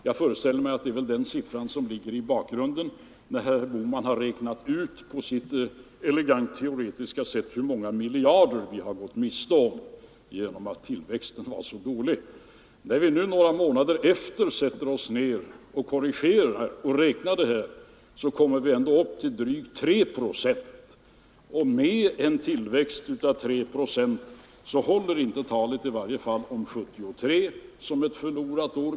Jag föreställer mig att det är den siffran som ligger i bakgrunden när herr Bohman på sitt elegant teoretiska sätt har räknat ut hur många miljarder kronor vi har gått miste om genom att tillväxten varit så dålig. När vi nu några månader senare korrigerar siffran 1,7 procent och kommer fram till att tillväxttakten varit drygt 3 procent, så håller inte talet om år 1973 som ett förlorat år.